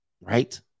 right